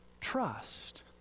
trust